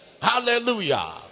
Hallelujah